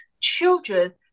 children